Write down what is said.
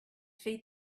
feed